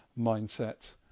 mindset